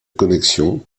connexion